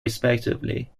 respectively